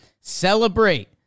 celebrate